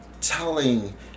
telling